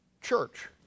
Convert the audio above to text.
church